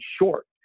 short